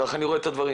כך אני רואה את הדברים.